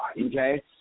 Okay